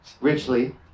Richly